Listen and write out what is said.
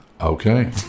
Okay